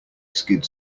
skid